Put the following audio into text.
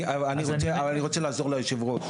אבל אני רוצה לעזור ליו"ר,